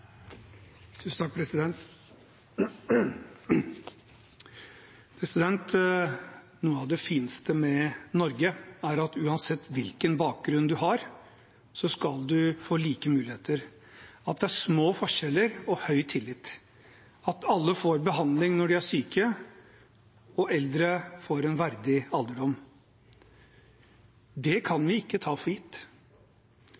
du har, skal man få like muligheter, at det er små forskjeller og høy tillit, at alle får behandling når de er syke, og at eldre får en verdig alderdom. Det kan